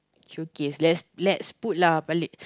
showcase let's let's put lah balik